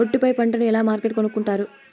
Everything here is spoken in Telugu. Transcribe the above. ఒట్టు పై పంటను ఎలా మార్కెట్ కొనుక్కొంటారు?